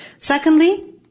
Secondly